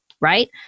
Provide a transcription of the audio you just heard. right